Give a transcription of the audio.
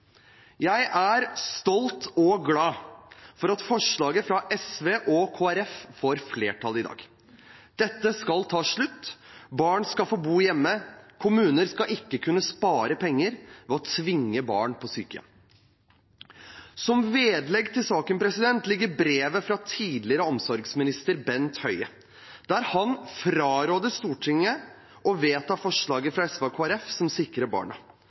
Jeg er stolt og glad for at forslaget fra SV og Kristelig Folkeparti får flertall i dag. Dette skal ta slutt. Barn skal få bo hjemme. Kommuner skal ikke kunne spare penger ved å tvinge barn på sykehjem. Som vedlegg til saken ligger brevet fra tidligere omsorgsminister Bent Høie, der han fraråder Stortinget å vedta forslaget fra SV og Kristelig Folkeparti, et forslag som sikrer barna.